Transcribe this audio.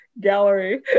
gallery